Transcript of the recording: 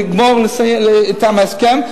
לגמור אתם הסכם,